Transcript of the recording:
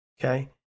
Okay